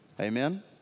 Amen